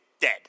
dead